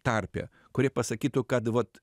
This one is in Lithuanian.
tarpe kurie pasakytų kad vat